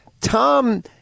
Tom